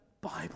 Bible